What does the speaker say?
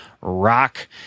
rock